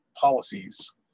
policies